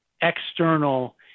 external